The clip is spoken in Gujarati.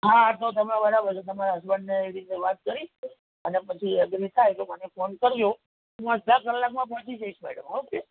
હા તો તમે બરાબર છે તો તમારા હસબન્ડને એ રીતે વાત કરી અને પછી એગ્રી થાય તો મને ફોન કરજો હું અડધા કલાકમાં પહોંચી જઈશ મેડમ ઓકે